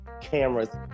cameras